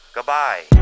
Goodbye